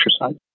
exercise